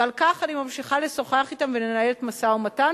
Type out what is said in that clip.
ועל כך אני ממשיכה לשוחח אתם ולנהל משא-ומתן,